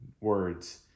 words